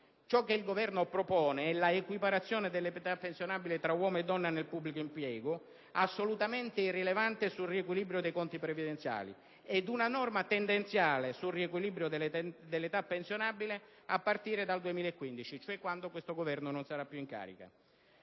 Ciò che il Governo propone è l'equiparazione della età pensionabile tra uomo e donna nel pubblico impiego, assolutamente irrilevante sul riequilibrio dei conti previdenziali, ed una norma tendenziale sul riequilibrio della età pensionabile a partire dal 2015, quando cioè questo Governo non sarà più in carica.